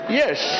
yes